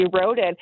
eroded